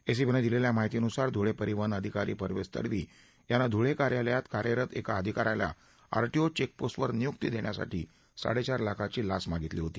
एसीबीने दिलेल्या माहिती नुसार धुळे परिवहन अधिकारी परवेझ तडवी याने धुळे कार्यालयात कार्यरत एका अधिकाऱ्याला आरटीओ चेकपोस्टवर नियुक्ती देण्यासाठी साडेचार लाखाची लाच मागितली होती